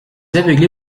aveuglé